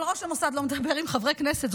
אבל ראש המוסד לא מדבר עם חברי כנסת,